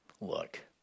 Look